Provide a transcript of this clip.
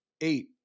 eight